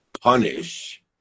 punish